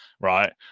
right